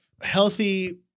healthy